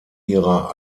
ihrer